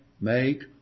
make